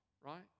right